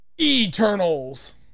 Eternals